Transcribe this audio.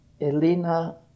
elena